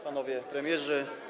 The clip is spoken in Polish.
Panowie Premierzy!